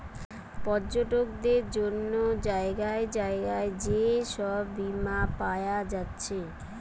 পর্যটকদের জন্যে জাগায় জাগায় যে সব বীমা পায়া যাচ্ছে